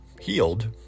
healed